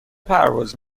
پرواز